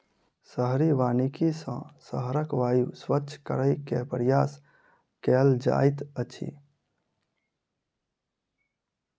शहरी वानिकी सॅ शहरक वायु स्वच्छ करै के प्रयास कएल जाइत अछि